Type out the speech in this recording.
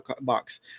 box